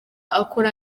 akora